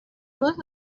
was